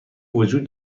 وجود